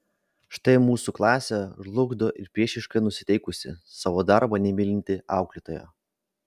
štai mūsų klasę žlugdo ir priešiškai nusiteikusi savo darbo nemylinti auklėtoja